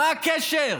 מה הקשר?